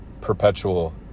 perpetual